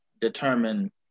determine